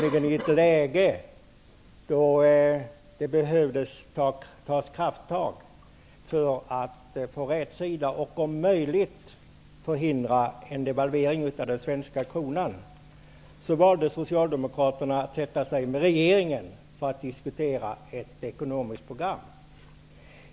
I ett läge när det behövdes krafttag för att om möjligt förhindra en devalvering av den svenska kronan valde Socialdemokraterna att tillsammans med regeringen diskutera ett ekonomiskt program.